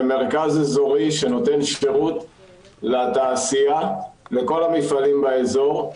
זה מרכז אזורי שנותן שירות לתעשייה לכל המפעלים באזור,